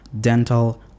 dental